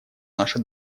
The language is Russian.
наша